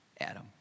Adam